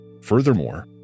Furthermore